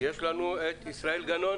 יש לנו את ישראל גנון.